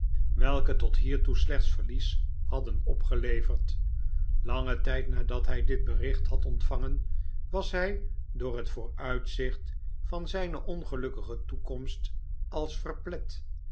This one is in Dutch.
welke tot hiertoe slechts verlies hadden opgeleverd langen tijd nadat hij dit bericht had ontvangen was hij door het vooruitzicht van zijne ongelukkige toekomst als